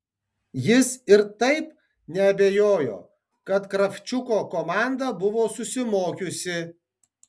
jis ir taip neabejojo kad kravčiuko komanda buvo susimokiusi